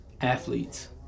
Athletes